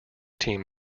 team